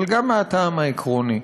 אבל גם מהטעם העקרוני: